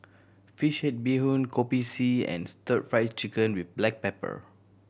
fish head bee hoon Kopi C and Stir Fried Chicken with black pepper